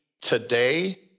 today